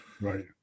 right